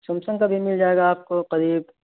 Samsung کا بھی مل جائے گا آپ کو قریب